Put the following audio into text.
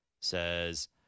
Says